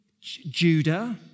Judah